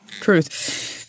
truth